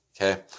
Okay